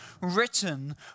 written